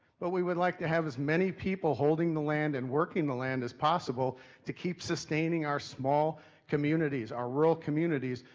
but we would like to have as many people holding the land and working the land as possible to keep sustaining our small communities, our rural communities,